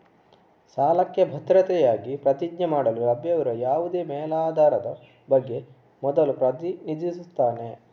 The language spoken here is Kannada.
ಸಾಲಕ್ಕೆ ಭದ್ರತೆಯಾಗಿ ಪ್ರತಿಜ್ಞೆ ಮಾಡಲು ಲಭ್ಯವಿರುವ ಯಾವುದೇ ಮೇಲಾಧಾರದ ಬಗ್ಗೆ ಮೊದಲು ಪ್ರತಿನಿಧಿಸುತ್ತಾನೆ